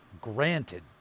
granted